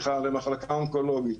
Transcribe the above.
למחלקה אונקולוגית.